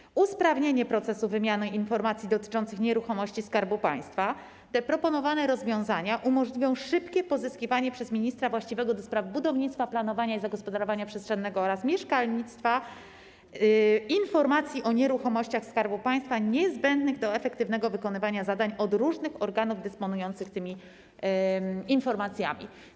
Nastąpi usprawnienie procesu wymiany informacji dotyczących nieruchomości Skarbu Państwa - proponowane rozwiązania umożliwią szybkie pozyskiwanie przez ministra właściwego do spraw budownictwa, planowania i zagospodarowania przestrzennego oraz mieszkalnictwa informacji o nieruchomościach Skarbu Państwa niezbędnych do efektywnego wykonywania zadań od różnych organów dysponujących tymi informacjami.